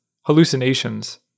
Hallucinations